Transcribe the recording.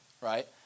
Right